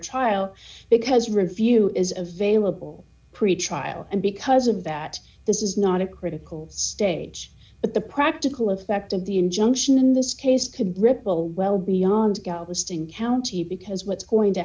trial because review is available pretrial and because of that this is not a critical stage but the practical effect of the injunction in this case could ripple well beyond galveston county because what's going to